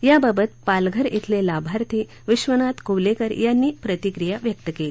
याबाबत पालघर श्विले लाभार्थी विश्वनाथ कोलेकर यांनी प्रतिक्रिया व्यक्त केली